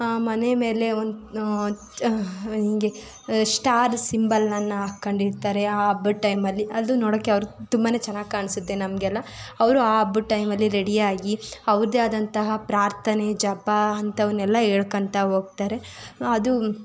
ಮನೆ ಮೇಲೆ ಒಂದು ಹೀಗೆ ಶ್ಟಾರ್ ಸಿಂಬಲನ್ನಾಕಂಡಿರ್ತಾರೆ ಆ ಹಬ್ಬದ ಟೈಮಲ್ಲಿ ಅದು ನೋಡೋಕ್ಕೆ ಅವ್ರದು ತುಂಬ ಚೆನ್ನಾಗಿ ಕಾಣಿಸತ್ತೆ ನಮಗೆಲ್ಲ ಅವರು ಆ ಹಬ್ಬದ ಟೈಮಲ್ಲಿ ರೆಡಿಯಾಗಿ ಅವ್ರದೇ ಆದಂತಹ ಪ್ರಾರ್ಥನೆ ಜಪ ಅಂಥವನ್ನೆಲ್ಲ ಹೇಳ್ಕಂತ ಹೋಗ್ತಾರೆ ಅದು